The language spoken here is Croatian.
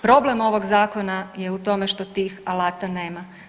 Problem ovog zakona je u tome što tih alata nema.